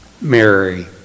Mary